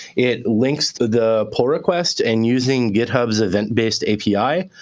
it links the pull request. and using github event-based api,